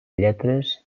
lletres